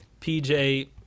PJ